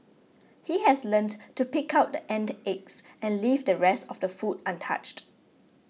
he has learnt to pick out the ant eggs and leave the rest of the food untouched